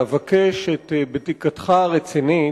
ואבקש את בדיקתך הרצינית,